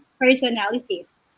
personalities